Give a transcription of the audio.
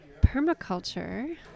Permaculture